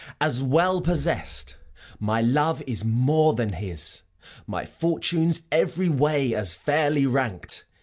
as well possess'd my love is more than his my fortunes every way as fairly rank'd,